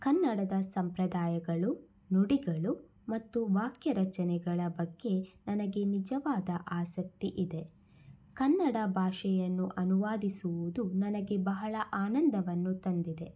ಕನ್ನಡದ ಸಂಪ್ರದಾಯಗಳು ನುಡಿಗಳು ಮತ್ತು ವಾಕ್ಯ ರಚನೆಗಳ ಬಗ್ಗೆ ನನಗೆ ನಿಜವಾದ ಆಸಕ್ತಿ ಇದೆ ಕನ್ನಡ ಭಾಷೆಯನ್ನು ಅನುವಾದಿಸುವುದು ನನಗೆ ಬಹಳ ಆನಂದವನ್ನು ತಂದಿದೆ